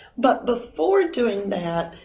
but before doing that,